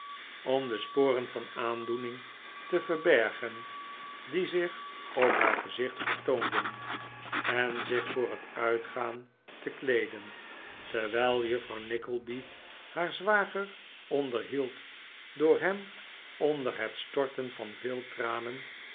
om de sporen van aandoening te verbergen die zich op haar gezicht vertoonden en zich yoor het uitgaan te kleeden terwijl juffrouw nickleby haar zwager onderhield door hem onder het storten van veel tranen